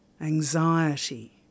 anxiety